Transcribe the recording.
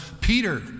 Peter